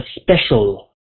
special